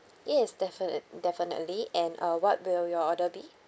yes defini~ definitely and uh what will your order be